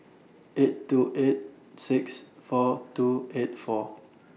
eight two eight six four two eight four